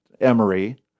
Emory